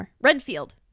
Renfield